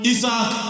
Isaac